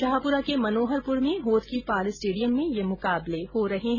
शाहपुरा के मनोहरपुर में होद की पाल स्टेडियम में ये मुकाबले हो रहे है